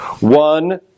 One